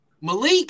Malik